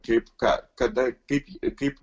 kaip ką kada kaip kaip